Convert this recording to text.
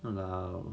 !walao!